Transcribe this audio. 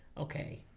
okay